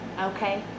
Okay